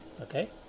okay